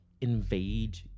invade